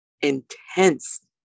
intense